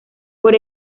por